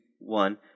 one